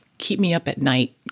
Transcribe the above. keep-me-up-at-night